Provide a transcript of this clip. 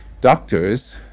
doctors